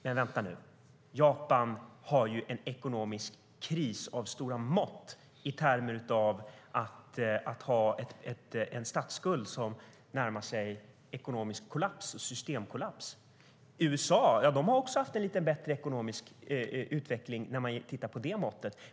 Men vänta nu, Japan har ju en ekonomisk kris av stora mått i termer av att ha en statsskuld som gör att landet närmar sig systemkollaps. USA har också haft lite bättre ekonomisk utveckling när man tittar på det måttet.